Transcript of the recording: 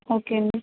okay అండి